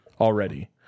already